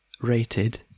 rated